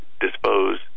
dispose